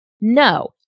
No